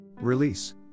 Release